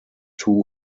two